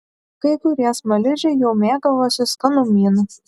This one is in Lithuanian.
kai kurie smaližiai jau mėgavosi skanumynu